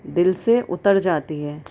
دل سے اتر جاتی ہے